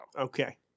Okay